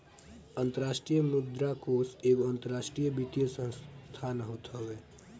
अंतरराष्ट्रीय मुद्रा कोष एगो अंतरराष्ट्रीय वित्तीय संस्थान होत हवे